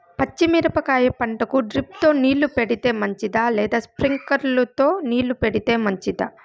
పచ్చి మిరపకాయ పంటకు డ్రిప్ తో నీళ్లు పెడితే మంచిదా లేదా స్ప్రింక్లర్లు తో నీళ్లు పెడితే మంచిదా?